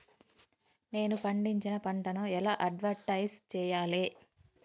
నేను పండించిన పంటను ఎలా అడ్వటైస్ చెయ్యాలే?